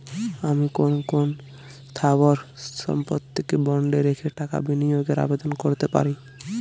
আমি কোন কোন স্থাবর সম্পত্তিকে বন্ডে রেখে টাকা বিনিয়োগের আবেদন করতে পারি?